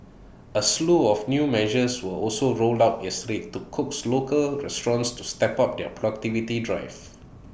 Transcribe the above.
A slew of new measures were also rolled out yesterday to coax local restaurants to step up their productivity drive